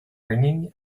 ringing